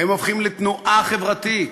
הם הופכים לתנועה חברתית,